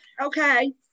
Okay